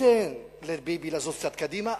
תיתן לביבי לזוז קצת קדימה,